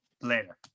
Later